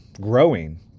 growing